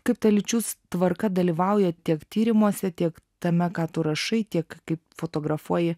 kaip ta lyčių tvarka dalyvauja tiek tyrimuose tiek tame ką tu rašai tiek kaip fotografuoji